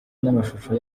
n’amashusho